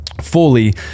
fully